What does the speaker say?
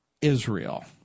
Israel